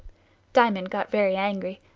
diamond got very angry.